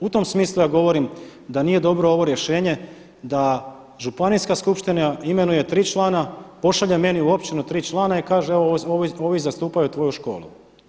U tom smislu ja govorim da nije dobro ovo rješenje da županijska skupština imenuje 3 člana, pošalje meni u općinu 3 člana i kaže ovi zastupaju tvoju školu.